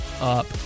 up